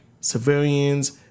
civilians